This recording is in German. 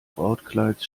brautkleids